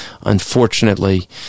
unfortunately